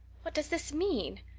what does this mean?